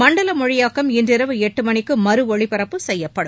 மண்டல மொழியாக்கம் இன்றிரவு எட்டு மணிக்கு மறு ஒளிபரப்பு செய்யப்படும்